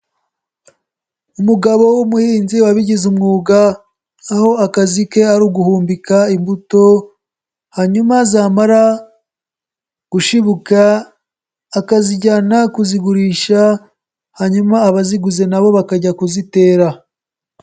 Umugabo w'umuhinzi wabigize umwuga, aho akazi ke ari uguhumbika imbuto, hanyuma zamara gushibuka, akazijyana kuzigurisha, hanyuma abaziguze nabo bakajya kuzitera.